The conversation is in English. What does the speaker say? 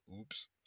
oops